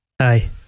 Hi